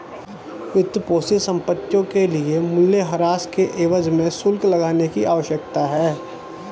वित्तपोषित संपत्तियों के लिए मूल्यह्रास के एवज में शुल्क लगाने की आवश्यकता है